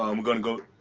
um going to go